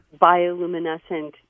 bioluminescent